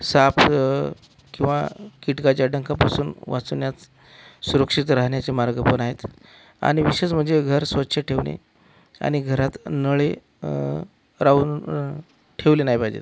साप किंवा कीटकाच्या डंखापासून वाचण्यात सुरक्षित राहण्याचे मार्ग पण आहेत आणि विशेष म्हणजे घर स्वच्छ ठेवणे आणि घरात नळे राहून ठेवले नाही पाहिजेत